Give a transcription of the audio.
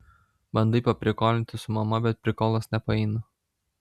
bandai paprikolinti su mama bet prikolas nepaeina